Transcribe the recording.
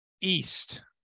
East